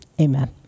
Amen